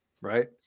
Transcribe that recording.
right